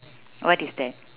what is that